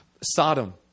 Sodom